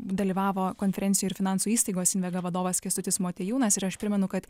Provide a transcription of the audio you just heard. dalyvavo konferencijų ir finansų įstaigos vadovas kęstutis motiejūnas ir aš primenu kad